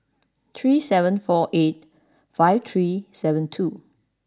three seven four eight five three seven two